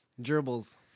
Gerbils